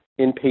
inpatient